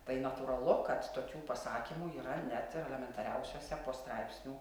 tai natūralu kad tokių pasakymų yra net ir elementariausiuose straipsnių